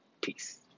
peace